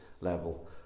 level